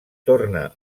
torna